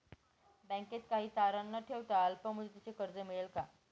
बँकेत काही तारण न ठेवता अल्प मुदतीचे कर्ज मिळेल का?